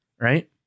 right